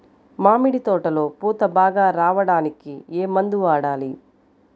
మామిడి తోటలో పూత బాగా రావడానికి ఏ మందు వాడాలి?